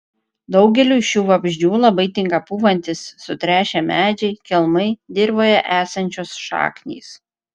daugeliui šių vabzdžių labai tinka pūvantys sutrešę medžiai kelmai dirvoje esančios šaknys